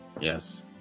Yes